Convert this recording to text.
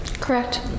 Correct